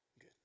Good